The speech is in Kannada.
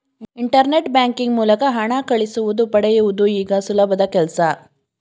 ಇಂಟರ್ನೆಟ್ ಬ್ಯಾಂಕಿಂಗ್ ಮೂಲಕ ಹಣ ಕಳಿಸುವುದು ಪಡೆಯುವುದು ಈಗ ಸುಲಭದ ಕೆಲ್ಸ